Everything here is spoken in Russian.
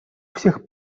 всех